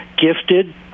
gifted